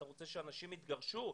אתה רוצה שאנשים יתגרשו?